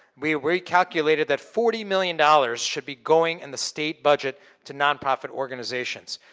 we recalculated that forty million dollars should be going in the state budget to nonprofit organizations.